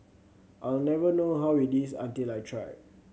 I'll never know how it is until I try